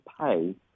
pay